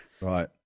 Right